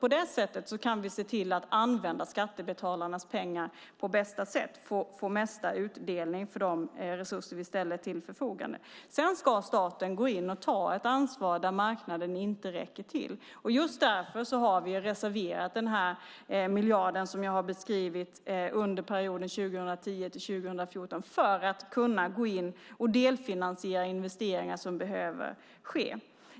På det sättet kan vi se till att använda skattebetalarnas pengar på bästa sätt och få ut mesta möjliga utdelning av de resurser som vi ställer till förfogande. Sedan ska staten gå in och ta ett ansvar där marknaden inte räcker till. Just därför har vi reserverat denna miljard som jag har beskrivit för perioden 2010-2014 för att kunna gå in och delfinansiera investeringar som behöver ske.